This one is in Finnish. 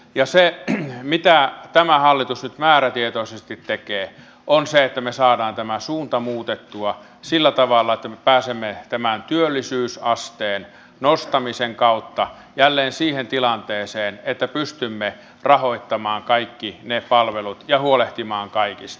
ja se mitä tämä hallitus nyt määrätietoisesti tekee on se että me saamme tämän suunnan muutettua sillä tavalla että me pääsemme tämän työllisyysasteen nostamisen kautta jälleen siihen tilanteeseen että pystymme rahoittamaan kaikki ne palvelut ja huolehtimaan kaikista